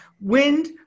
wind